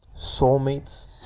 soulmates